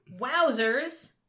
Wowzers